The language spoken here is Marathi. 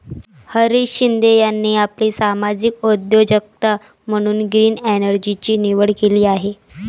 हरीश शिंदे यांनी आपली सामाजिक उद्योजकता म्हणून ग्रीन एनर्जीची निवड केली आहे